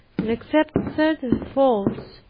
and except certain faults,